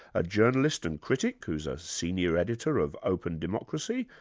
a journalist and critic who's a senior editor of open democracy,